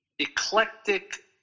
eclectic